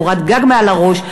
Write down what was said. קורת גג מעל הראש,